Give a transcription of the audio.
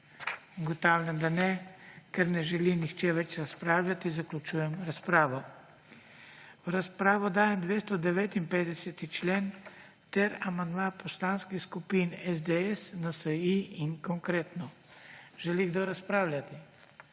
Ugotavljam, da ne. Ker ne želi nihče več razpravljati, zaključujem razpravo. V razpravo dajem 259. člen ter amandma poslanskih skupin SDS, NSi in Konkretno. Želi kdo razpravljati?